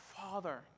father